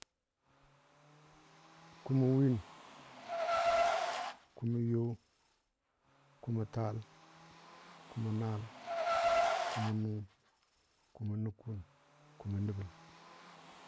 Kumɔ win, kumɔ yo, kumɔ taal, kumɔ naal, kumɔ nʊ, kumɔ nʊkʊn, kumɔ nəbəl.